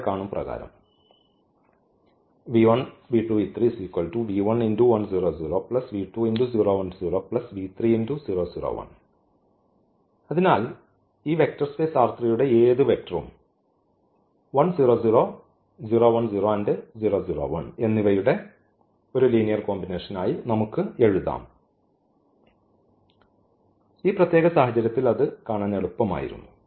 താഴെ കാണും പ്രകാരം അതിനാൽ ഈ വെക്റ്റർ സ്പേസ് യുടെ ഏത് വെക്റ്ററും എന്നിവയുടെ ഇതിന്റെ ഒരു ലീനിയർ കോമ്പിനേഷൻ ആയി നമുക്ക് എഴുതാം ഈ പ്രത്യേക സാഹചര്യത്തിൽ അത് കാണാൻ എളുപ്പമായിരുന്നു